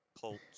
Colts